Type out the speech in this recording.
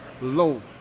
low